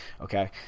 Okay